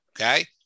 okay